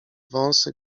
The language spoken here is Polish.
wąsy